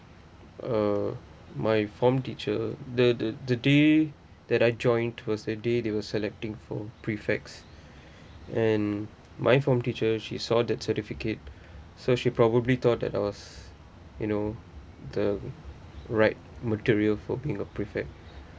uh my form teacher the the the day that I joined was the day they were selecting for prefects and my form teacher she saw that certificate so she probably thought that I was you know the right material for being a prefect